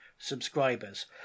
subscribers